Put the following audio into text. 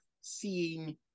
seeing